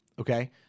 okay